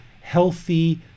healthy